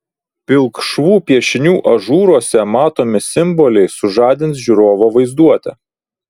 pilkšvų piešinių ažūruose matomi simboliai sužadins žiūrovo vaizduotę